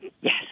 Yes